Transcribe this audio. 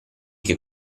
che